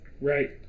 Right